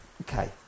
Okay